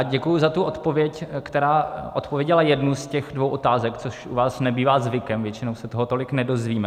Děkuji za odpověď, která odpověděla jednu z těch dvou otázek, což u vás nebývá zvykem, většinou se toho tolik nedozvíme.